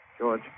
George